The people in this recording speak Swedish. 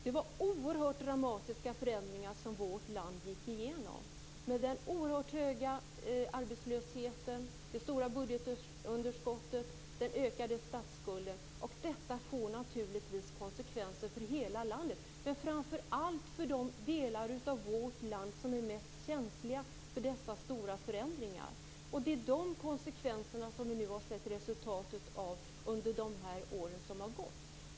Det var oerhört dramatiska förändringar som vårt land gick igenom, med den oerhört höga arbetslösheten, det stora budgetunderskottet och den ökade statsskulden. Detta fick naturligtvis konsekvenser för hela landet, men framför allt för de delar av vårt land som är mest känsliga för dessa stora förändringar. Det är de konsekvenserna som vi har sett resultatet av under de år som har gått.